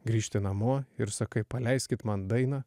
grįžti namo ir sakai paleiskit man dainą